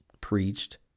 preached